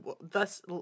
Thus